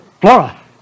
Flora